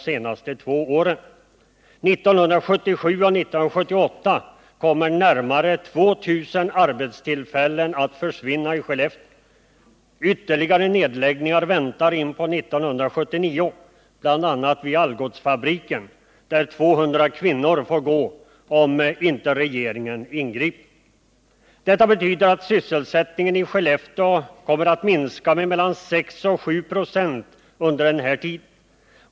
Under 1977 och 1978 kommer närmare 2 000 arbetstillfällen att försvinna i Skellefteå. Ytterligare nedläggningar väntar in på 1979, bl.a. vid Algotsfabriken, där 250 kvinnor får gå om inte regeringen ingriper. Detta betyder att sysselsättningen i Skellefteå minskat med 6-7 96 under denna tid.